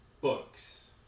books